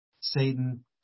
satan